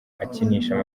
akinisha